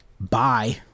Bye